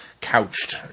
couched